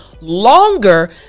longer